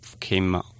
came